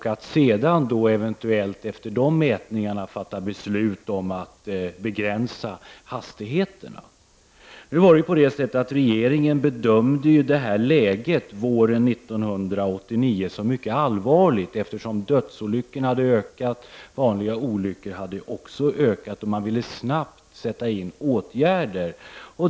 Efter dessa mätningar ville man sedan eventuellt fatta beslut om att begränsa hastigheterna. Regeringen bedömde våren 1989 att läget var mycket allvarligt, eftersom dödsolyckorna och vanliga olyckor hade ökat. Man ville snabbt sätta in åtgärder.